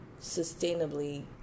sustainably